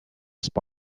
spy